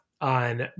on